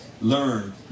learn